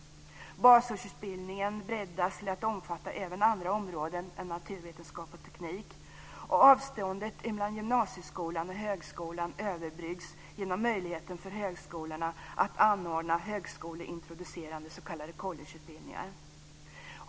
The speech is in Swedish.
Basårsutbildningen breddas till att omfatta även andra områden än naturvetenskap och teknik. Avståndet mellan gymnasieskolan och högskolan överbryggs genom möjligheten för högskolorna att anordna högskoleintroducerande s.k.